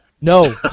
No